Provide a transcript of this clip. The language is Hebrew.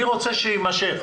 אני רוצה שיימשך.